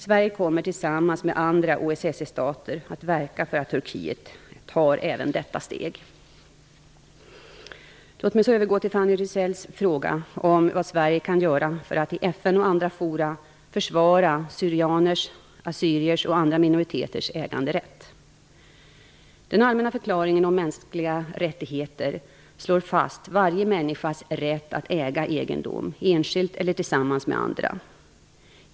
Sverige kommer, tillsammans med andra OSSE-stater, att verka för att Turkiet tar även detta steg. Låt mig så övergå till Fanny Rizells fråga om vad Sverige kan göra för att i FN och andra fora försvara syrianers, assyriers och andra minoriteters äganderätt. Den allmänna förklaringen om mänskliga rättigheter slår fast varje människas rätt att äga egendom enskilt eller tillsammans med andra.